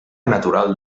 natural